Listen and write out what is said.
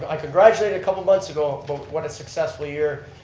i congratulated a couple months ago, but what a successful year.